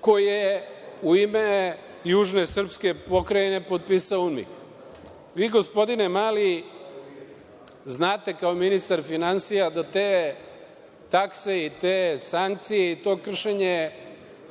koji je u ime južne sprske pokrajine potpisao UNMIK.Vi, gospodine Mali, znate kao ministar finansija da te takse i te sankcije i to kršenje